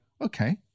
okay